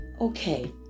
okay